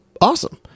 awesome